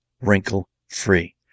wrinkle-free